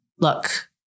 look